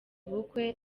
ubukwe